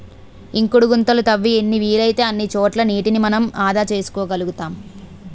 ఇంకుడు గుంతలు తవ్వి ఎన్ని వీలైతే అన్ని చోట్ల నీటిని మనం ఆదా చేసుకోగలుతాం